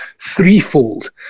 threefold